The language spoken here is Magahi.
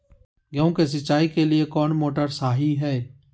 गेंहू के सिंचाई के लिए कौन मोटर शाही हाय?